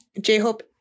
J-Hope